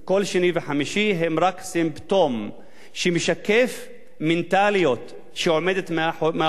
סימפטום שמשקף מנטליות שעומדת מאחורי ההתנהגות הזאת.